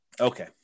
Okay